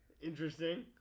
Interesting